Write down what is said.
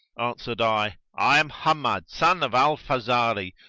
answered i, i am hammad son of al-fazari,